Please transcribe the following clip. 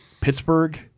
Pittsburgh